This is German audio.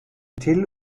till